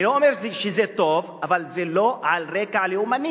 אני לא אומר שזה טוב, אבל זה לא על רקע לאומני.